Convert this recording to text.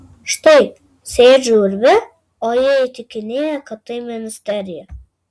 štai sėdžiu urve o jie įtikinėja kad tai ministerija